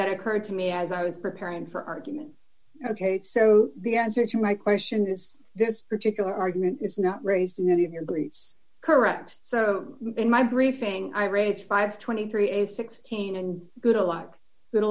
that occurred to me as i was preparing for argument ok so the answer to my question is this particular argument is not raised in any of your griefs correct so in my briefing i raise five hundred and twenty three a sixteen and good a lot but a